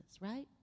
right